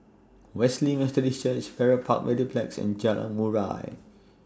Wesley Methodist Church Farrer Park Mediplex and Jalan Murai